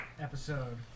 episode